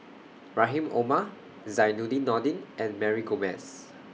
Rahim Omar Zainudin Nordin and Mary Gomes